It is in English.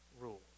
rule